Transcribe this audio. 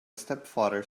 stepfather